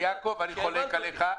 יעקב, אני חולק עליך.